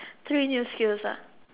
three new skills